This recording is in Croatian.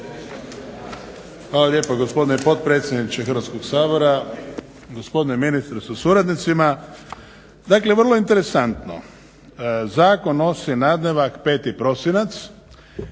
Hvala lijepa gospodine potpredsjedniče Hrvatskoga sabora, gospodine ministre sa suradnicima. Dakle, vrlo interesantno, Zakon nosi nadnevak 5. prosinac.